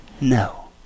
No